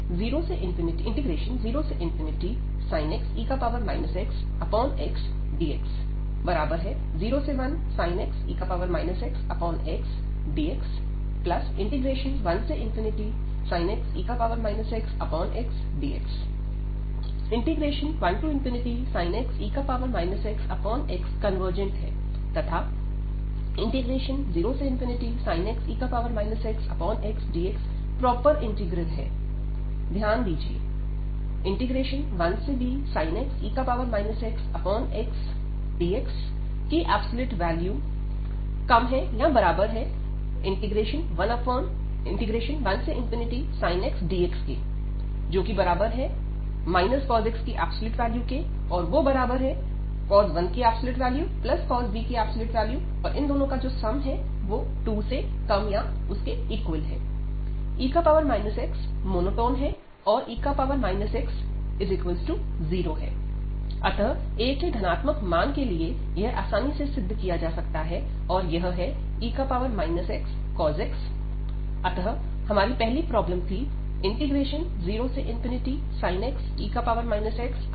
0sin x xe x dx01sin x xe x dx1sin x xe x dx 1sin x xe x dx convergent है तथा 0sin x xe x dxप्रॉपर integral है ध्यान दीजिए 1bsin x xe x dx1sin x dx cos x cos 1 cos b ≤2 e xमोनोटॉन है और e x 0 अतः a के धनात्मक मान के लिए यह आसानी से सिद्ध किया जा सकता है और यह है e x cos x अतः हमारी पहली प्रॉब्लम थी 0sin x xe x dx